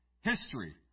history